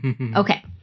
Okay